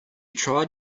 tried